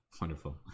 wonderful